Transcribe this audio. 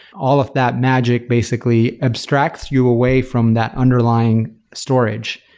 all of that magic basically abstracts you away from that underlying storage.